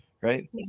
right